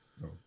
no